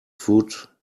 foot